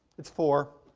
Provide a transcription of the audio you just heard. its four.